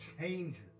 changes